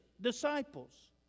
disciples